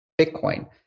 Bitcoin